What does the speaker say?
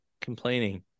complaining